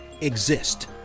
exist